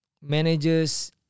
managers